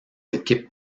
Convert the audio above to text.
équipes